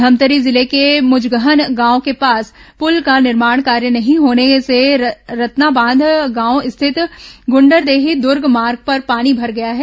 धमतरी जिले के मुजगहन गांव के पास प्रल का निर्माण कार्य नहीं होने से रतनाबांधा गांव स्थित गु ंडरदेही दुर्ग मार्ग पर पानी भर गया है